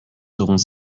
seront